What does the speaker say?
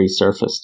resurfaced